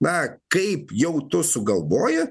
na kaip jau tu sugalvoji